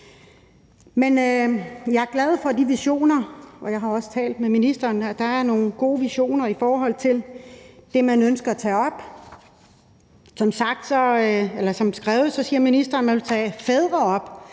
jeg er glad for de visioner, og jeg har også talt med ministeren, for der er nogle gode visioner i forhold til det, man ønsker at tage op. Som sagt eller som skrevet siger ministeren, at man vil tage fædre op.